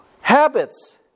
Habits